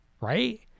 Right